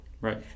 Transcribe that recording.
Right